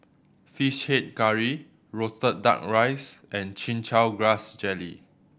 Fish Head Curry roasted Duck Rice and Chin Chow Grass Jelly